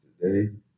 today